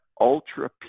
ultra